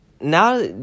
now